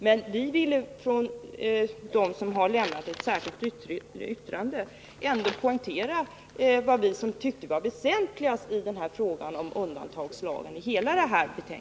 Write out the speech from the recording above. Men vi som avgett det särskilda yttrandet har velat poängtera vad vi ansett vara det väsentligaste i den här frågan om undantagslagen.